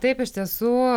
taip iš tiesų